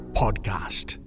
podcast